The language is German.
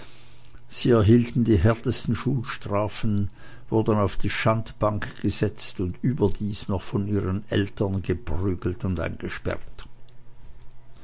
sie erhielten die härtesten schulstrafen wurden auf die schandbank gesetzt und überdies noch von ihren eltern geprügelt und eingesperrt